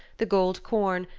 the gold corn,